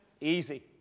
easy